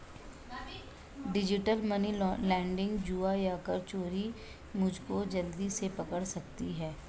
digital money laundering, जुआ या कर चोरी मुद्दे को जल्दी से पकड़ सकती है